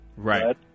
Right